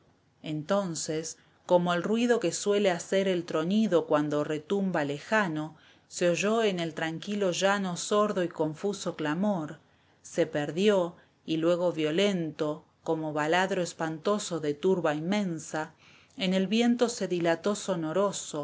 entonces como el ruido que suele hacer el tronido cuando retumba lejano se oyó en el tranquilo llano sordo y confuso clamor se perdió y luego violento como baladro espantoso de turba inmensa en el viento se dilató sonoroso